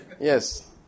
Yes